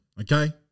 Okay